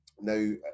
now